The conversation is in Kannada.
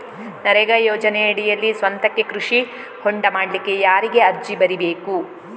ನರೇಗಾ ಯೋಜನೆಯಡಿಯಲ್ಲಿ ಸ್ವಂತಕ್ಕೆ ಕೃಷಿ ಹೊಂಡ ಮಾಡ್ಲಿಕ್ಕೆ ಯಾರಿಗೆ ಅರ್ಜಿ ಬರಿಬೇಕು?